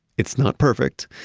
it's not perfect.